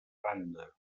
banda